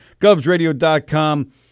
GovsRadio.com